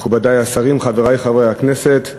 תודה רבה לך, מכובדי השרים, חברי חברי הכנסת,